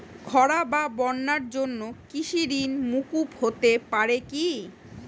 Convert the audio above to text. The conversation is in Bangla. খরা বা বন্যার জন্য কৃষিঋণ মূকুপ হতে পারে কি?